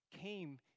came